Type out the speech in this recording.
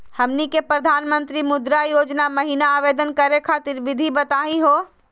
हमनी के प्रधानमंत्री मुद्रा योजना महिना आवेदन करे खातीर विधि बताही हो?